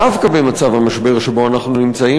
דווקא במצב המשבר שבו אנחנו נמצאים,